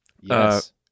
Yes